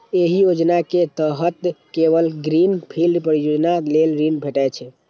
एहि योजना के तहत केवल ग्रीन फील्ड परियोजना लेल ऋण भेटै छै